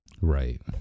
Right